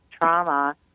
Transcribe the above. trauma